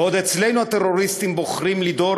בעוד אצלנו הטרוריסטים בוחרים לדהור